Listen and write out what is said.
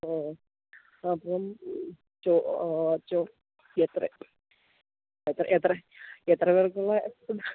ഓ ആ അപ്പോള് ചോ എത്ര എത്ര എത്ര എത്ര പേർക്കുള്ള ഫുഡ്ഡാണ്